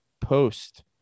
Post